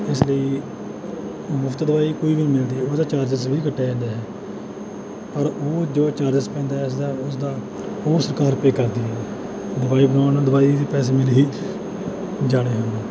ਇਸ ਲਈ ਮੁਫਤ ਦਵਾਈ ਕੋਈ ਵੀ ਨਹੀਂ ਮਿਲਦੀ ਉਹਦਾ ਚਾਰਜਿਸ ਵੀ ਕੱਟਿਆ ਜਾਂਦਾ ਹੈ ਪਰ ਉਹ ਜੋ ਚਾਰਜਿਸ ਪੈਂਦਾ ਹੈ ਉਸਦਾ ਉਸਦਾ ਉਹ ਸਰਕਾਰ ਪੇ ਕਰਦੀ ਹੈ ਦਵਾਈ ਬਣਾਉਣ ਦਵਾਈ ਦੇ ਪੈਸੇ ਮਿਲ ਹੀ ਜਾਣੇ ਹਨ